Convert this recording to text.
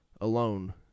alone